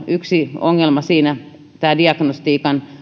yksi ongelma siinä on diagnostiikan